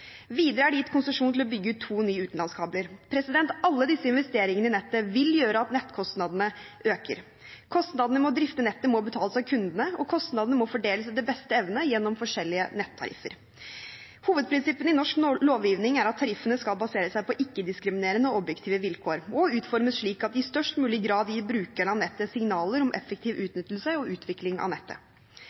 Videre er det gitt konsesjon til å bygge ut to nye utenlandskabler. Alle disse investeringene i nettet vil gjøre at nettkostnadene øker. Kostnadene med å drifte nettet må betales av kundene, og kostnadene må fordeles etter beste evne gjennom forskjellige nettariffer. Hovedprinsippene i norsk lovgivning er at tariffene skal basere seg på ikke-diskriminerende og objektive vilkår og utformes slik at de i størst mulig grad gir brukerne av nettet signaler om effektiv utnyttelse og utvikling av nettet.